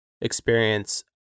experience